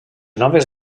noves